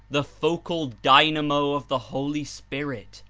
the focal dynamo of the holy spirit,